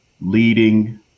leading